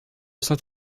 saint